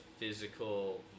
physical